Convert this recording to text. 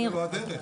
זו לא הדרך.